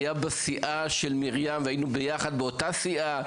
הוא היה בסיעה של מרים פיירברג והיינו ביחד באותה סיעה.